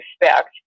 respect